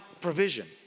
provision